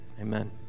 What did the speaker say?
Amen